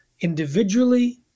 individually